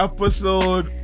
Episode